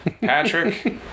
Patrick